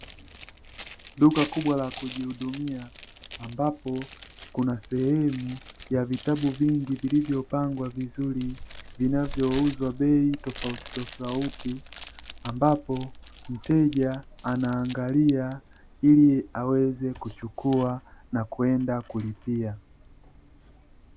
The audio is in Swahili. Duka kubwa lakujihudumia ambapo kuna sehemu ya vitabu vingi vilivyopangwa vizuri vinavyouzwa bei tofautitofauti, ambapo mteja anaangalia ili aweze kuchukua na kwenda kulipia.